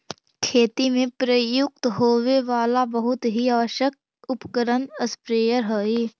खेती में प्रयुक्त होवे वाला बहुत ही आवश्यक उपकरण स्प्रेयर हई